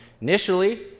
initially